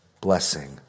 blessing